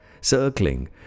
circling